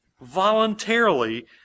voluntarily